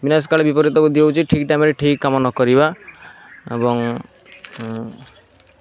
ବିନାଶ କାଳେ ବିପରୀତ ବୁଦ୍ଧି ହେଉଛି ଠିକ୍ ଟାଇମ୍ରେ ଠିକ୍ କାମ ନ କରିବା ଏବଂ